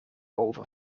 over